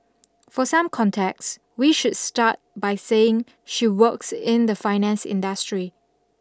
for some context we should start by saying she works in the finance industry